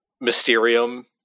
Mysterium